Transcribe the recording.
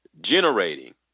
generating